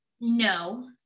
no